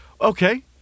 Okay